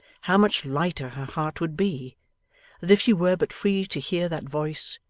how much lighter her heart would be that if she were but free to hear that voice,